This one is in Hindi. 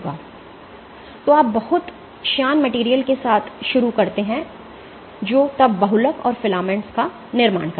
तो आप बहुत श्यान मेटेरियल के साथ शुरू करते हैं जो तब बहुलक और फिलामेंट्स का निर्माण करता है